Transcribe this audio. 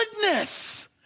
goodness